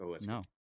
No